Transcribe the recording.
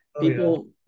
people